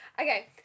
Okay